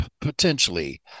potentially